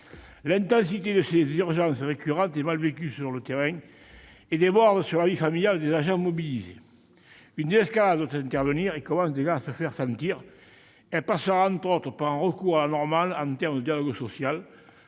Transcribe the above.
L'intensité de ces urgences récurrentes est mal vécue sur le terrain et déborde sur la vie familiale des agents mobilisés. Une désescalade doit intervenir ; au reste, elle commence déjà à se faire sentir. Elle passera notamment par un retour à la normale en termes de dialogue social,